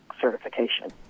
certification